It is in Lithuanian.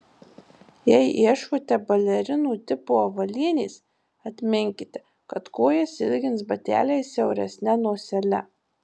jei ieškote balerinų tipo avalynės atminkite kad kojas ilgins bateliai siauresne nosele